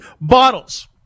bottles